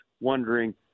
wondering